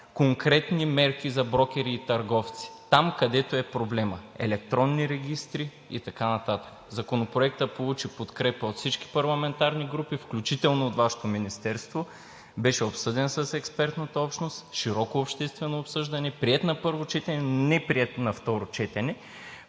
конкретни мерки за брокери и търговци, там, където е проблемът, електронни регистри и така нататък. Законопроектът получи подкрепа от всички парламентарни групи, включително от Вашето министерство, беше обсъден с експертната общност, широко обществено обсъждане, приет на първо четене, неприет на второ четене.